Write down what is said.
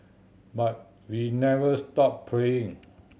but we never stop praying